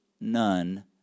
none